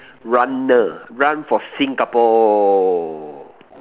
runner run for Singapore